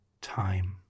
time